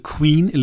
Queen